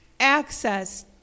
access